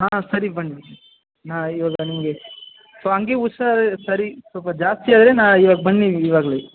ಹಾಂ ಸರಿ ಬನ್ನಿ ಹಾಂ ಇವಾಗ ನಿಮಗೆ ಸೊ ಹಂಗೆ ಹುಷಾರು ಸರಿ ಸ್ವಲ್ಪ ಜಾಸ್ತಿ ಆದ್ರೆ ನಾಳೆ ಇವಾಗ ಬನ್ನಿ ಇವಾಗಲೇ